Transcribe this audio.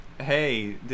Hey